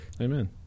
Amen